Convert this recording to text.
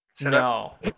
no